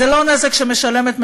זה לא נזק שמשלמת ממשלה,